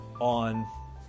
on